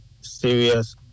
serious